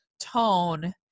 tone